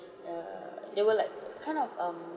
err they were like kind of um